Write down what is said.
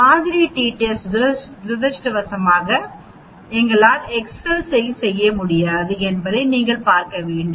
மாதிரி T test துரதிர்ஷ்டவசமாக எங்களால் எக்செல் செய்ய முடியாது என்பதை நீங்கள் பார்க்க முடியும்